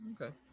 okay